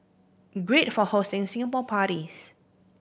great for hosting Singapore parties